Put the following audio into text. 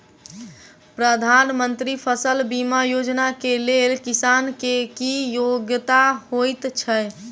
प्रधानमंत्री फसल बीमा योजना केँ लेल किसान केँ की योग्यता होइत छै?